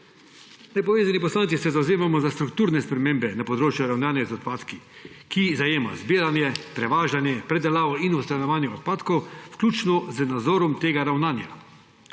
Nepovezani poslanci se zavzemamo za strukturne spremembe na področju ravnanja z odpadki, ki zajema zbiranje, prevažanje, predelavo in odstranjevanje odpadkov, vključno z nadzorom tega ravnanja.